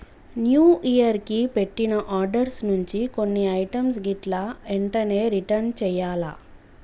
new year కి పెట్టిన orders నుంచి కొన్ని ఐటమ్స్ గిట్లా ఎంటనే రిటర్న్ చెయ్యాల్ల